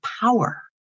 power